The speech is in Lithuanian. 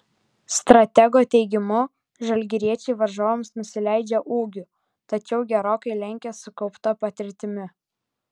stratego teigimu žalgiriečiai varžovams nusileidžia ūgiu tačiau gerokai lenkia sukaupta patirtimi